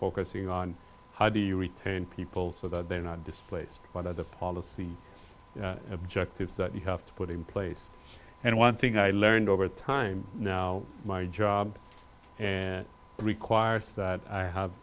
focusing on how do you retain people so that they are not displaced by their policy objectives that you have to put in place and one thing i learned over time now my job and requires that i have